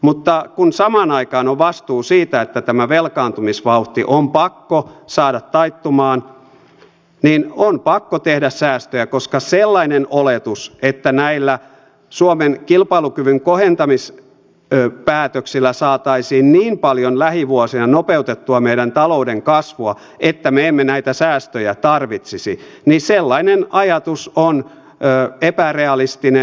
mutta kun samaan aikaan on vastuu siitä että tämä velkaantumisvauhti on pakko saada taittumaan niin on pakko tehdä säästöjä koska sellainen oletus että näillä suomen kilpailukyvyn kohentamispäätöksillä saataisiin niin paljon lähivuosina nopeutettua meidän talouden kasvua että me emme näitä säästöjä tarvitsisi sellainen ajatus on epärealistinen